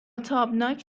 تابناک